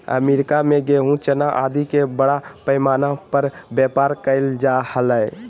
America में गेहूँ, चना आदि के बड़ा पैमाना पर व्यापार कइल जा हलय